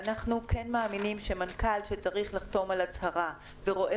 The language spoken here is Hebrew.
ואנחנו כן מאמינים שמנכ"ל שצריך לחתום על הצהרה ורואה